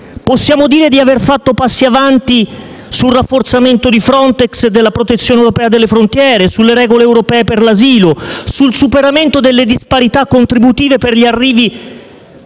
Possiamo dire di aver fatto passi avanti sul rafforzamento di Frontex e della protezione europea delle frontiere, sulle regole europee per l'asilo, sul superamento delle disparità contributive per gli arrivi